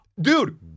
dude